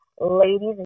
ladies